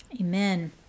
Amen